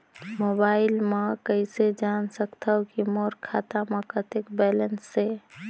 Mobile म कइसे जान सकथव कि मोर खाता म कतेक बैलेंस से?